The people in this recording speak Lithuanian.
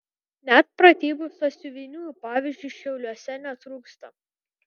net pratybų sąsiuvinių pavyzdžiui šiauliuose netrūksta